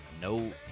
no